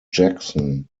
jackson